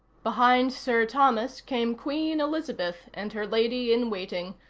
behind sir thomas came queen elizabeth and her lady-in-waiting,